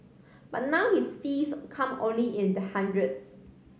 but now his fees come only in the hundreds